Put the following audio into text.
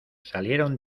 salieron